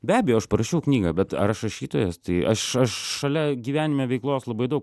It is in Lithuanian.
be abejo aš parašiau knygą bet ar aš rašytojas tai aš aš šalia gyvenime veiklos labai daug